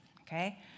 Okay